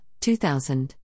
2000